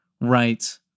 right